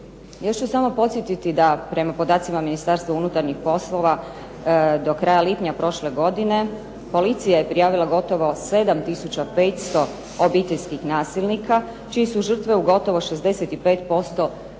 još samo podsjetiti da prema podacima Ministarstva unutarnjih poslova do kraja lipnja prošle godine policija je prijavila gotovo 7 tisuća 500 obiteljskih nasilnika, čije su žrtve u gotovo 65%